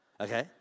Okay